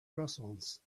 croissants